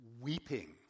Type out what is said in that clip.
weeping